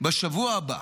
בשבוע הבא